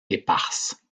éparses